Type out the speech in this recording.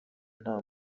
nta